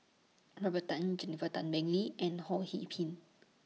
Robert Tan Jennifer Tan Bee Leng and Ho Pin